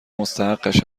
مستحقش